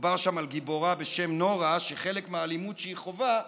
מדובר שם על גיבורה בשם נורה שחלק מהאלימות שהיא חווה,